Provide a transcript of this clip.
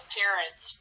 parents